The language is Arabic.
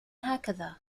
هكذا